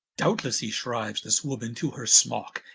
doubtlesse he shriues this woman to her smock,